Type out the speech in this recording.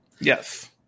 yes